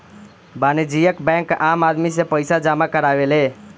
वाणिज्यिक बैंक आम आदमी से पईसा जामा करावेले